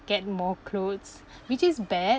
get more clothes which is bad